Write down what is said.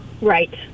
Right